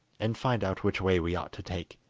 and find out which way we ought to take